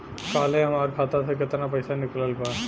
काल्हे हमार खाता से केतना पैसा निकलल बा?